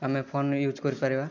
ଆମେ phone use କରିପାରିବା